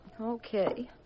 Okay